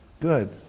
good